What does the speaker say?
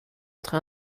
train